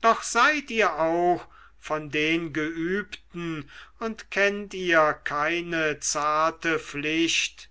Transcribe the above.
doch seid ihr auch von den geübten und kennt ihr keine zarte pflicht